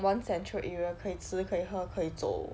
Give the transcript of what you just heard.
one central area 可以吃可以喝可以走